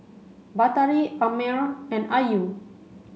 Batari Ammir and Ayu